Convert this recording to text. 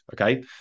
okay